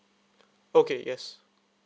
okay yes